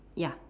ya